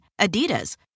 Adidas